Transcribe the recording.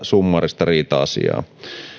summaarista riita asiaa